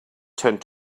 tend